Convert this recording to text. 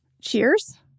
Cheers